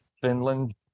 Finland